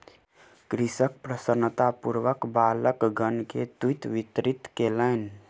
कृषक प्रसन्नतापूर्वक बालकगण के तूईत वितरित कयलैन